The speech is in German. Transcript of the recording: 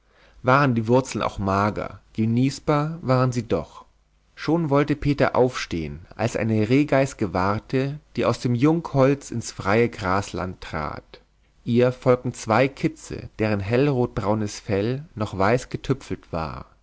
waren die wurzeln auch mager genießbar waren sie doch schon wollte peter aufstehen als er eine rehgeiß gewahrte die aus dem jungholz ins freie grasland trat ihr folgten zwei kitze deren hellrotbraunes fell noch weiß getüpfelt war